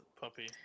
puppy